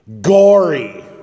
gory